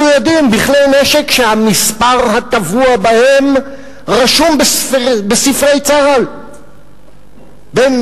מצוידים בכלי נשק שהמספר הטבוע בהם רשום בספרי צה"ל בין